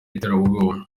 y’iterabwoba